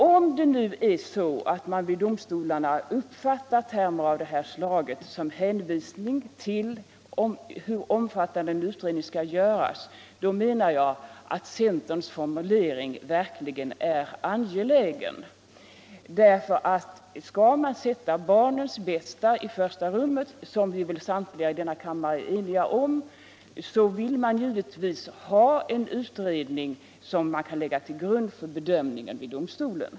Om man nu vid domstolarna uppfattar termer av det här slaget som en antydan om hur omfattande en utredning skall göras, menar jag att centerns formulering verkligen är angelägen, för skall man sätta barnets bästa i första rummet, som väl samtliga i kammaren är eniga om, vill man givetvis ha en utredning som kan ligga till grund för bedömningen vid domstolen.